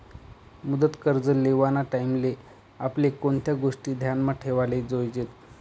मुदत कर्ज लेवाना टाईमले आपले कोणत्या गोष्टी ध्यानमा ठेवाले जोयजेत